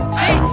see